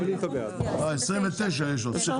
צריכים להצביע על 29. יש עוד את 29. סליחה.